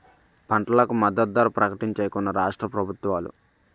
పంటలకు మద్దతు ధర ప్రకటించాయి కొన్ని రాష్ట్ర ప్రభుత్వాలు